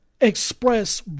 express